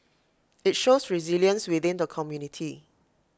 IT shows resilience within the community